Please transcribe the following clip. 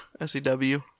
S-E-W